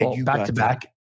Back-to-back